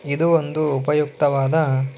ಇದು ಒಂದು ಉಪಯುಕ್ತವಾದ